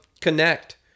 connect